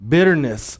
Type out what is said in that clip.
Bitterness